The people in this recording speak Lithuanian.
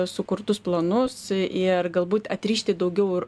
sukurtus planus ir galbūt atrišti daugiau ir